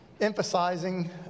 emphasizing